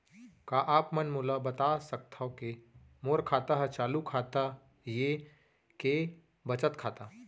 का आप मन मोला बता सकथव के मोर खाता ह चालू खाता ये के बचत खाता?